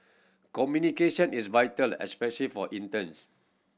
communication is vital especially for interns